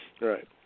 Right